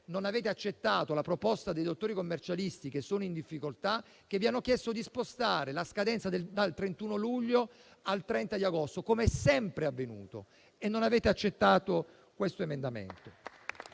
non avete accettato la proposta dei dottori commercialisti, che sono in difficoltà, che vi hanno chiesto di spostare la scadenza dal 31 luglio al 30 agosto, come sempre è avvenuto, e non avete accettato questo emendamento